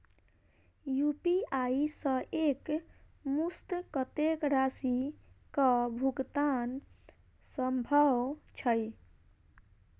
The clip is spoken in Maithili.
यु.पी.आई सऽ एक मुस्त कत्तेक राशि कऽ भुगतान सम्भव छई?